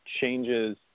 changes